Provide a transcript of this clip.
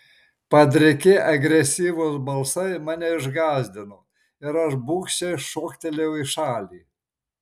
padriki agresyvūs balsai mane išgąsdino ir aš bugščiai šoktelėjau į šalį